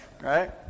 right